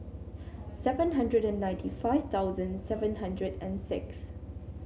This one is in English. seven hundred ninety five thousand seven hundred and six